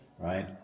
right